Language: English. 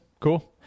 cool